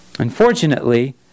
Unfortunately